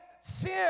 sin